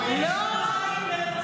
לא, לא.